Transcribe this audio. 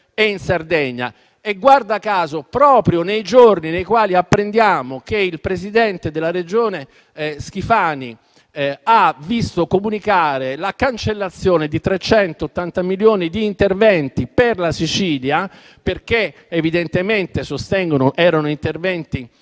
e in Sardegna. Guarda caso, ciò è avvenuto proprio nei giorni nei quali apprendiamo che il presidente della Regione Sicilia Schifani ha visto comunicare la cancellazione di 380 milioni di interventi per la Sicilia, perché evidentemente - sostengono - erano progetti